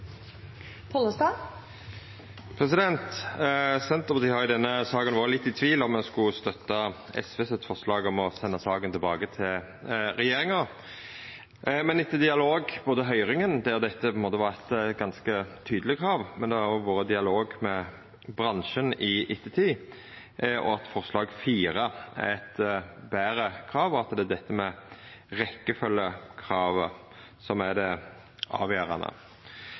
Senterpartiet har i denne saka vore litt i tvil om me skulle støtta SVs forslag om å senda saka tilbake til regjeringa, men i høyringa var dette eit ganske tydeleg krav, og det har òg vore dialog med bransjen i ettertid. Forslag nr. 4 er eit betre krav, og det er dette med rekkjefølgjekravet som er det avgjerande.